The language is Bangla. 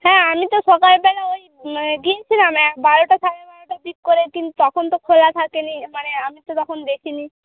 হ্যাঁ আমি তো সকালবেলায় ওই মানে গিয়েছিলাম বারোটা সাড়ে বারোটার দিক করে কিন্তু তখন তো খোলা থাকে নি মানে আমি তো তখন দেখি নি